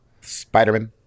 Spider-Man